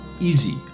easy